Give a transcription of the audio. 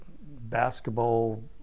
basketball